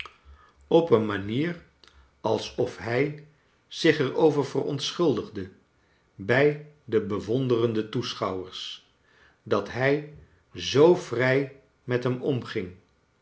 op een manier als of hij zich er over verontschuldigde bij de bewonderende toeschouwersj dat hij zoo vrij met hem omging